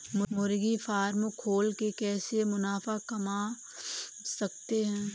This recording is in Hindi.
मुर्गी फार्म खोल के कैसे मुनाफा कमा सकते हैं?